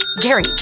Gary